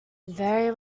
very